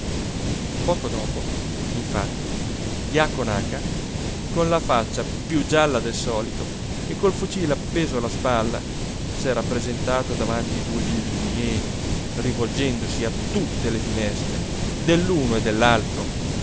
delitto poco dopo infatti jaco naca con la faccia più gialla del solito e col fucile appeso alla spalla s'era presentato davanti ai due villini e rivolgendosi a tutte le finestre dell'uno e